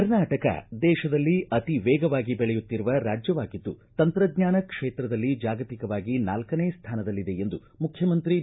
ಕರ್ನಾಟಕ ದೇಶದಲ್ಲಿ ಅತಿ ವೇಗವಾಗಿ ಬೆಳೆಯುತ್ತಿರುವ ರಾಜ್ಯವಾಗಿದ್ದು ತಂತ್ರಜ್ಞಾನ ಕ್ಷೇತ್ರದಲ್ಲಿ ಜಾಗತಿಕವಾಗಿ ನಾಲ್ಕನೇ ಸ್ಥಾನದಲ್ಲಿದೆ ಎಂದು ಮುಖ್ಯಮಂತ್ರಿ ಬಿ